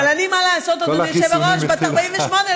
אבל אני, מה לעשות, אדוני היושב-ראש, בת 48,